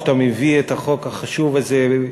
שאתה מביא את החוק החשוב הזה.